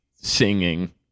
singing